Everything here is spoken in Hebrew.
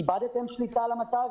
איבדתם שליטה על המצב?